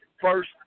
first